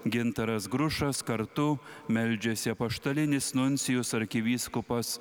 gintaras grušas kartu meldžiasi apaštalinis nuncijus arkivyskupas